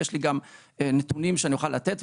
יש לי גם נתונים שאני אוכל לתת,